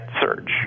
search